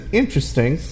interesting